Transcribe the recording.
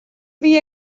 wie